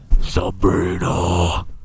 Sabrina